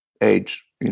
age